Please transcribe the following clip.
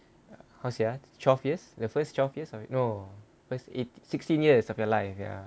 cause see ya twelve years the first twelve years err no first eight sixteen years of your life ya